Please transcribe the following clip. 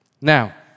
Now